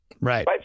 Right